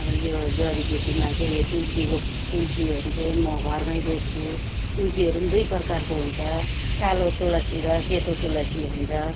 अब यो जडीबुटीमा चाहिँ यो तुलसीको तुलसीहरू चाहिँ म घरमै रोप्छु तुलसीहरू पनि दुई प्रकारको हुन्छ कालो तुलसी र सेतो तुलसी हुन्छ